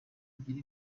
bigira